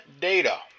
data